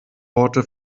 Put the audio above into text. worte